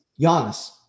Giannis